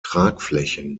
tragflächen